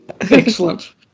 Excellent